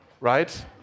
right